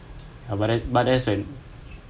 ya but that's when